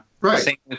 Right